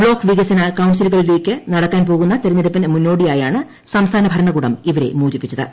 block വികസന കൌൺസിലുകളിലേക്ക് നടക്കാൻ പോകുന്ന തിരഞ്ഞെടുപ്പിന് മുന്നോടിയായാണ് സംസ്ഥാന ഭരണകൂടം ഇവരെ മോചിപ്പിച്ചത്